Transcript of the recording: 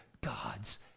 God's